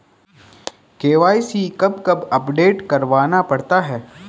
KYC कब कब update करवाना पड़ता है?